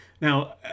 Now